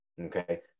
Okay